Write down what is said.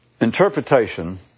interpretation